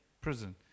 prison